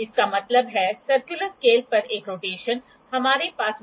ये angle blade से base तक और ये एंगल क्लोकवैस दिशाओं में बनते हैं